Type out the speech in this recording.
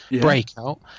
Breakout